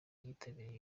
yitabiriye